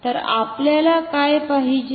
तर आपल्याला काय पाहिजे